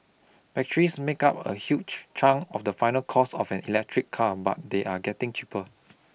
batteries make up a huge chunk of the final cost of an electric car but they are getting cheaper